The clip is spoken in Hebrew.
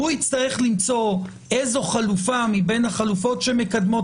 הוא יצטרך למצוא איזו חלופה מבין החלופות שמקדמות